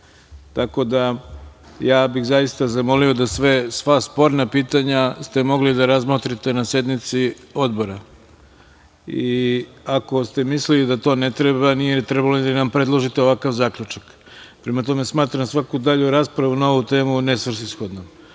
Arsić je izdvojio mišljenje. Sporna pitanja ste mogli da razmotrite na sednici Odbora. Ako ste mislili da to ne treba, nije ni trebalo da nam predložite ovakav zaključak. Prema tome, smatram svaku dalju raspravu na ovu temu nesvrsishodnu. Idemo